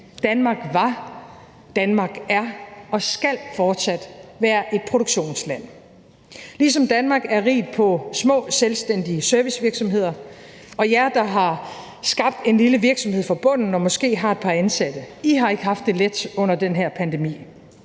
Danmark er og skal fortsat være et produktionsland – ligesom Danmark er rigt på små selvstændige servicevirksomheder. Og jer, der har skabt en lille virksomhed fra bunden og måske har et par ansatte: I har ikke haft det let under den her pandemi.